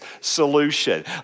solution